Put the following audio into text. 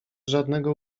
żadnego